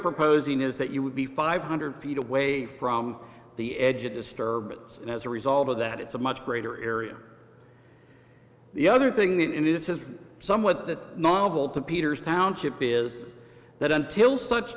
proposing is that you would be five hundred feet away from the edge of disturbance and as a result of that it's a much greater area the other thing that in this is somewhat that novel to peter's township is that until such